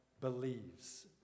believes